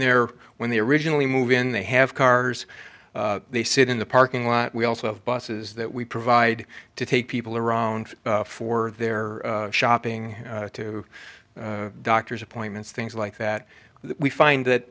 there when they originally move in they have cars they sit in the parking lot we also have buses that we provide to take people around for their shopping to doctor's appointments things like that we find that